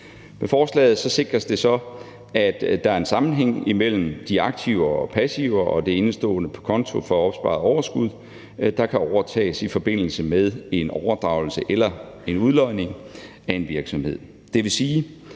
Med forslaget sikres det så, at der er en sammenhæng mellem de aktiver og passiver og det indestående på kontoen for opsparet overskud, der kan overtages i forbindelse med en overdragelse eller en udlodning af en virksomhed.